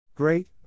great